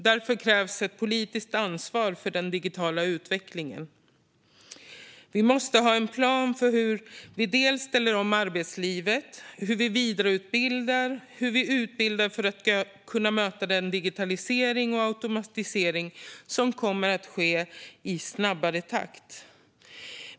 Därför krävs ett politiskt ansvar för den digitala utvecklingen. Vi måste ha en plan för hur vi ställer om arbetslivet, hur vi vidareutbildar och hur vi utbildar för att kunna möta den digitalisering och automatisering som kommer att ske i snabbare takt.